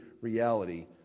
reality